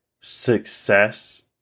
success